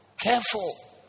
Careful